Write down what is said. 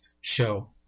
show